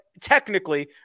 technically